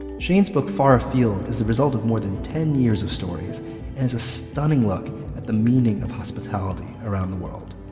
shane's latest book far afield is the result of more than ten years of stories and is a stunning look at the meaning of hospitality around the world.